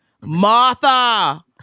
Martha